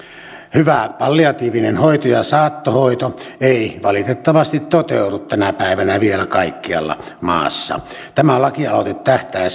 hyvä palliatiivinen hoito ja saattohoito ei valitettavasti toteudu tänä päivänä vielä kaikkialla maassa tämä lakialoite tähtää